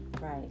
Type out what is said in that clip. Right